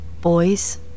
Boys